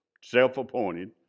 Self-appointed